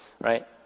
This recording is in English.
right